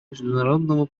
международного